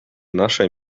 nasze